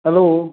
hello